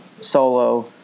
solo